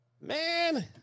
Man